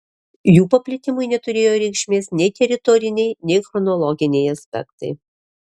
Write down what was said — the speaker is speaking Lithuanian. jų paplitimui neturėjo reikšmės nei teritoriniai nei chronologiniai aspektai